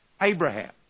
Abraham